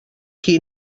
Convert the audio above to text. qui